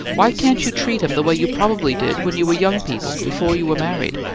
why can't you treat him the way you probably did when you were young people, before you were married?